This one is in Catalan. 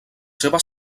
seves